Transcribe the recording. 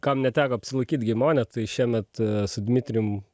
kam neteko apsilankyt geimone tai šiemet su dmitrijum